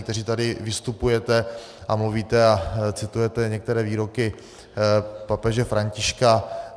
Někteří tady vystupujete a mluvíte a citujete některé výroky papeže Františka.